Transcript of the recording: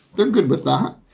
they're good with that.